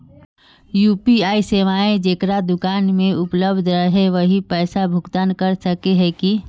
UPI सेवाएं जेकरा दुकान में उपलब्ध रहते वही पैसा भुगतान कर सके है की?